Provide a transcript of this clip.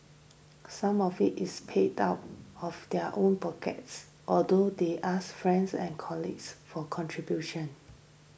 some of it is paid out of their own pockets although they also ask friends and colleagues for contributions